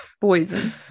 Poison